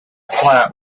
flat